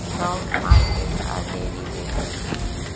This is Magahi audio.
स्पॉट मार्केट आऽ डेरिवेटिव